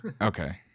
Okay